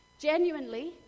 Genuinely